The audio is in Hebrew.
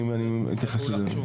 אני אבדוק את זה ואוכל להתייחס.